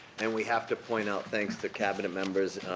and we have to point out thanks to cabinet members,